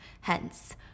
Hence